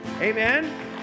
Amen